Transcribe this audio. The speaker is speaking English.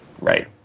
Right